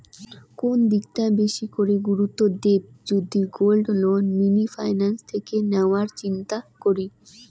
কোন দিকটা বেশি করে গুরুত্ব দেব যদি গোল্ড লোন মিনি ফাইন্যান্স থেকে নেওয়ার চিন্তা করি?